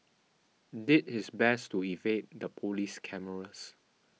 did his best to evade the police cameras